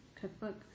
cookbook